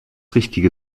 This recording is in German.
richtige